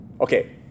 Okay